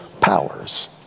powers